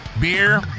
beer